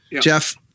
Jeff